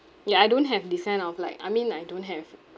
ya I don't have this kind of like I mean I don't have